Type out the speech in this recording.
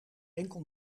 enkel